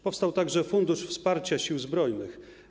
Powstał także Fundusz Wsparcia Sił Zbrojnych.